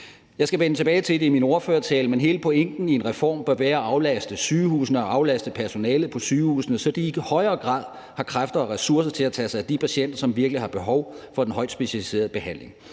Jeg skal vende tilbage til det i min ordførertale, men hele pointen med en reform bør være at aflaste sygehusene og aflaste personalet på sygehusene, så de i højere grad har kræfter og ressourcer til at tage sig af de patienter, som virkelig har behov for den højt specialiserede behandling.